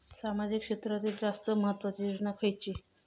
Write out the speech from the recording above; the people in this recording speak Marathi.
सामाजिक क्षेत्रांतील जास्त महत्त्वाची योजना खयची?